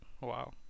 Wow